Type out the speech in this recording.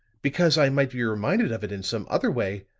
because i might be reminded of it in some other way,